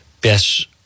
best